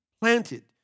planted